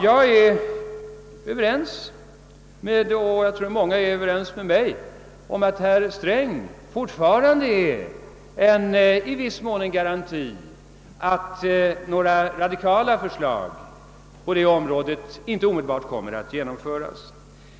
Jag anser — och jag tror att många ansluter sig till den uppfattningen — att herr Sträng fortfarande i viss mån är en garanti för att några radikala förslag på detta område inte omedelbart kommer att genomföras.